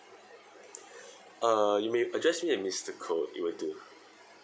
uh you may address me as mister koh it will do